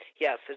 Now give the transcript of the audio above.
yes